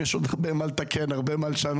יש עוד הרבה מה לתקן, הרבה מה לשנות